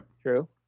true